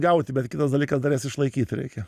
gauti bet kitas dalykas dar jas išlaikyt reikia